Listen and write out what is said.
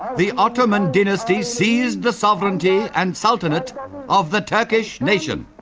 ah the ottoman dynasty seized the sovereignty and sultanate of the turkish nation.